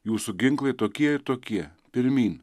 jūsų ginklai tokie tokie pirmyn